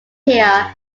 here